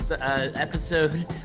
episode